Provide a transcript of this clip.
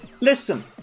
Listen